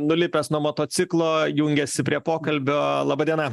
nulipęs nuo motociklo jungiasi prie pokalbio laba diena